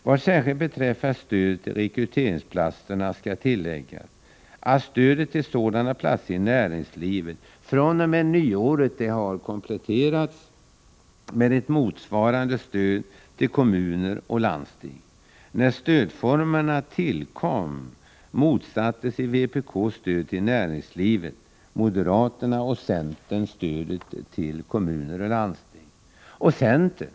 Vad särskilt beträffar stödet till rekryteringsplatserna skall tilläggas, att stödet till sådana platser i näringslivet fr.o.m. nyåret har kompletterats med ett motsvarande stöd till kommuner och landsting. När stödformerna tillkom motsatte sig vpk stödet till näringslivet; moderaterna och centern motsatte sig stödet till kommuner och landsting.